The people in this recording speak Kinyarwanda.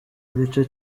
igice